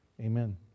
Amen